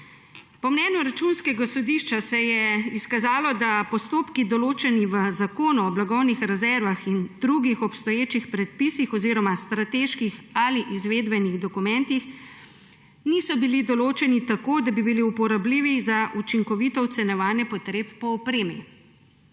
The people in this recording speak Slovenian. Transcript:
Po mnenju Računskega sodišča se je izkazalo, da postopki, določeni v Zakonu o blagovnih rezervah in drugih obstoječih predpisih oziroma strateških ali izvedbenih dokumentih, niso bili določeni tako, da bi bili uporabljivi za učinkovito ocenjevanje potreb po opremi.